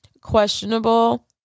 questionable